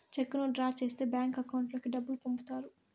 చెక్కును డ్రా చేస్తే bank account లోకి డబ్బులు పంపుతారు